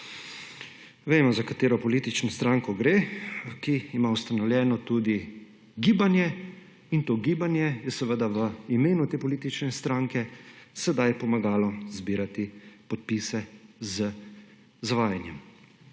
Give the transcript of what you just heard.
Vemo, za katero politično stranko gre, ki ima ustanovljeno tudi gibanje in to gibanje je v imenu te politične stranke sedaj pomagalo zbirati podpise z zavajanjem.